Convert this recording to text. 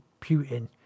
Putin